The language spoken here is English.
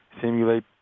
simulate